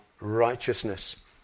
righteousness